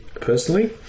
personally